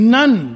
None